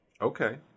okay